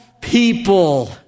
people